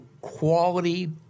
quality